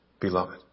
beloved